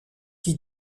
qui